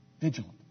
Vigilant